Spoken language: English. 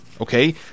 Okay